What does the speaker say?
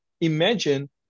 imagine